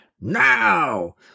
Now